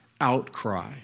outcry